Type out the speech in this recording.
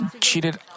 cheated